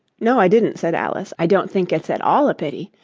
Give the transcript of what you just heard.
no, i didn't said alice i don't think it's at all a pity.